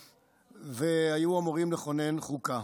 והיו אמורים לכונן חוקה,